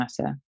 matter